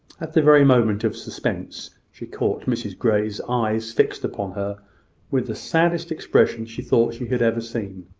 at the very moment of suspense, she caught mrs grey's eye fixed upon her with the saddest expression she thought she had ever seen.